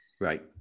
Right